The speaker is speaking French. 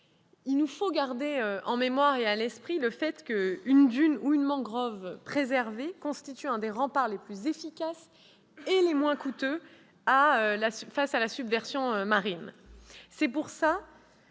: il faut garder en mémoire et à l'esprit le fait qu'une dune ou une mangrove préservée constitue un des remparts les plus efficaces et les moins coûteux contre la subversion marine.